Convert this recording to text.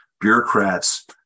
bureaucrats